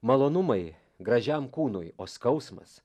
malonumai gražiam kūnui o skausmas